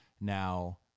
Now